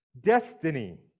destiny